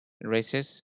races